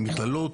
המכללות,